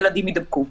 ילדים יידבקו.